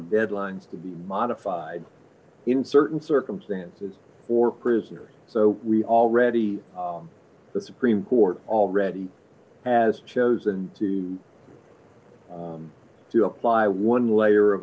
deadlines to be modified in certain circumstances for prisoners so we already know the supreme court already has chosen to to apply one layer of